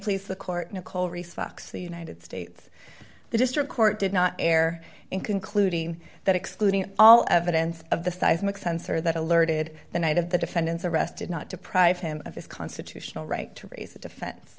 please the court nicole restocks the united states district court did not err in concluding that excluding all evidence of the seismic sensor that alerted the night of the defendants arrested not deprive him of his constitutional right to raise the defen